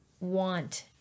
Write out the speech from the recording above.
want